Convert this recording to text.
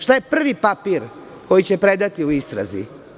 Šta je prvi papir koji će predati u istrazi?